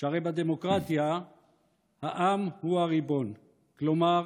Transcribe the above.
שהרי בדמוקרטיה העם הוא הריבון, כלומר